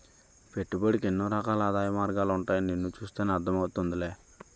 పెట్టుబడికి ఎన్నో రకాల ఆదాయ మార్గాలుంటాయని నిన్ను చూస్తేనే అర్థం అవుతోందిలే